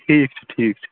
ٹھیٖک چھُ ٹھیٖک چھُ